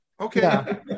Okay